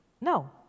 No